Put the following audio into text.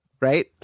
right